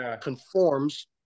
conforms